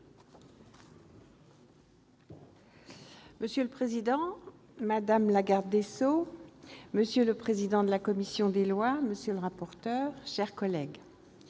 Monsieur le président, madame la garde des sceaux, monsieur le président de la commission des lois, monsieur le rapporteur, chers collègues,